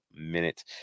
minute